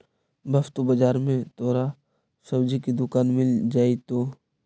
वस्तु बाजार में तोहरा सब्जी की दुकान मिल जाएतो